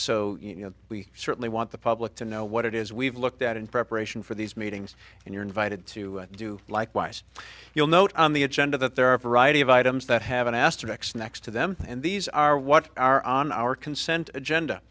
so you know we certainly want the public to know what it is we've looked at in preparation for these meetings and you're invited to do likewise you'll note on the agenda that there are a variety of items that have an asterisk next to them and these are what are on our consent agenda